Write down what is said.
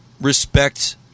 respect